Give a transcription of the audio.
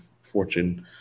fortune